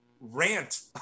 rant